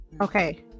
Okay